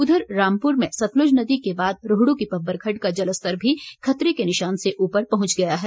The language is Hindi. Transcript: उधर रामपुर में सतलुज नदी के बाद रोहडू की पब्बर खड़ड का जल स्तर भी खतरे के निशान से उपर पहुंच गया है